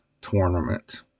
tournament